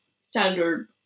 standard